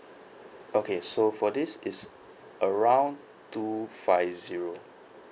okay so for this is around two five zero